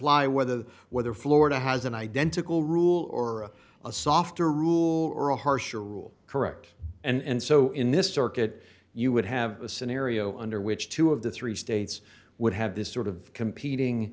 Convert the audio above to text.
bly whether the whether florida has an identical rule or a softer rule or a harsher rule correct and so in this circuit you would have a scenario under which two of the three states would have this sort of competing